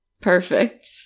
Perfect